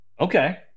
okay